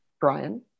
Brian